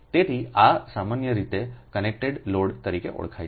તેથી આ સામાન્ય રીતે કનેક્ટેડ લોડ તરીકે ઓળખાય છે